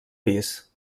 pis